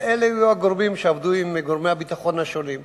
אלה היו האנשים שעבדו עם גורמי הביטחון השונים.